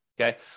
okay